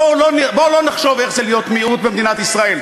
בואו לא נחשוב איך זה להיות מיעוט במדינת ישראל.